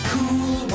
Cool